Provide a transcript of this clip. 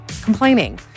complaining